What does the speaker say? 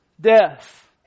Death